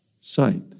sight